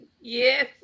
Yes